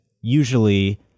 usually